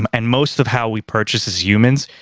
um and most of how we purchase, as humans,